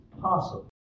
possible